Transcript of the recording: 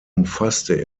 umfasste